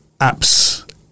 apps